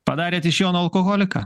padarėt iš jono alkoholiką